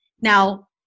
Now